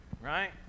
right